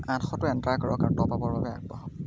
আঠশটো enter কৰক আৰু টপআপৰ বাবে আগবাঢ়ক